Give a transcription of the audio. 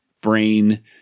brain